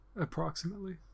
approximately